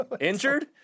Injured